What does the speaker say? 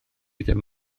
ddim